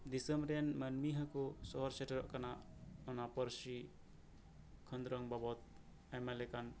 ᱫᱤᱥᱚᱢ ᱨᱮᱱ ᱢᱟᱹᱱᱢᱤ ᱦᱚᱠᱚ ᱥᱚᱦᱚᱨ ᱥᱮᱴᱮᱨᱚᱜ ᱠᱟᱱᱟ ᱚᱱᱟ ᱯᱟᱹᱨᱥᱤ ᱠᱷᱚᱸᱫᱨᱚᱱ ᱵᱟᱵᱚᱛ ᱟᱭᱢᱟ ᱞᱮᱠᱟᱱ